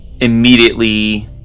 immediately